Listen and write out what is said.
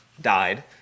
died